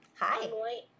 Hi